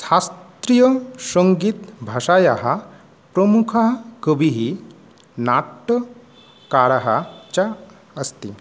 शास्त्रीयसङ्गीतभाषायाः प्रमुखः कविः नाट्यकारः च अस्ति